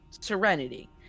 serenity